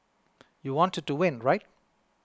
you wanted to win right